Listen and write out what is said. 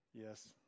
Yes